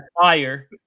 fire